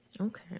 Okay